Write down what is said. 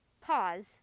pause